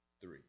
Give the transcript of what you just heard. Three